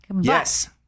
Yes